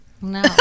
No